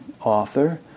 author